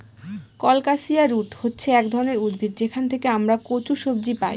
colocasia root হচ্ছে এক ধরনের উদ্ভিদ যেখান থেকে আমরা কচু সবজি পাই